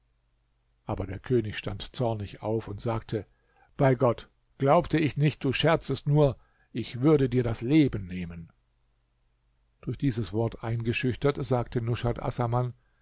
aber der könig stand zornig auf und sagte bei gott glaubte ich nicht du scherzest nur ich würde dir das leben nehmen durch diese wort eingeschüchtert sagte nushat